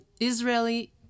Israeli